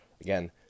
again